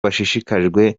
bashishikajwe